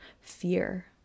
fear